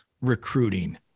recruiting